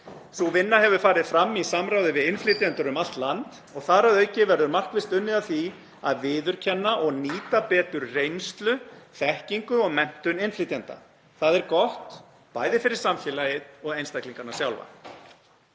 Sú vinna hefur farið fram í samráði við innflytjendur um allt land og þar að auki verður markvisst unnið að því að viðurkenna og nýta betur reynslu, þekkingu og menntun innflytjenda. Það er gott, bæði fyrir samfélagið og einstaklingana sjálfa.